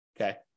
Okay